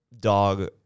Dog